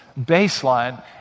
baseline